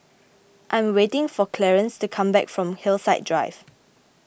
I am waiting for Clarnce to come back from Hillside Drive